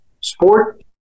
sport